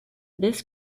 this